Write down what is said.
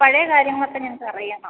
പഴയ കാര്യങ്ങളൊക്കെ ഞങ്ങൾക്ക് അറിയണം